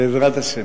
בעזרת השם.